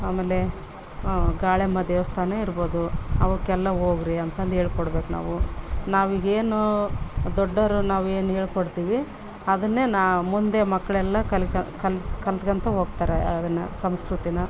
ಆಮೇಲೆ ಗಾಳೆಯಮ್ಮ ದೇವಸ್ಥಾನ ಇರ್ಬೋದು ಅವುಕ್ಕೆಲ್ಲ ಹೋಗ್ರಿ ಅಂತಂದು ಹೇಳ್ಕೊಡ್ಬಕು ನಾವು ನಾವ್ ಈಗ ಏನು ದೊಡ್ಡೋರು ನಾವು ಏನು ಹೇಳ್ಕೊಡ್ತಿವಿ ಅದುನ್ನೇ ನಾ ಮುಂದೆ ಮಕ್ಕಳೆಲ್ಲ ಕಲಿಕ ಕಲ್ತು ಕಲಿತ್ಕೋತ ಹೋಗ್ತಾರೆ ಅದನ್ನು ಸಂಸ್ಕೃತಿನ